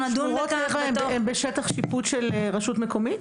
שמורות טבע הן בשטח שיפוט של רשות מקומית?